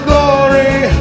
glory